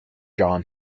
john